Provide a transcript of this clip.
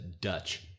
Dutch